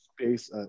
space